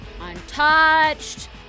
Untouched